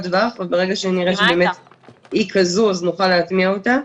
טווח וברגע שבאמת נראה שהיא כזו אז נוכל להטמיע אותה.